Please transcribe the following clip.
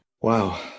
Wow